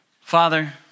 Father